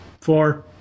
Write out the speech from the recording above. Four